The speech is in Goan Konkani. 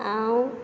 हांव